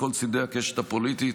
מכל צידי הקשת הפוליטית,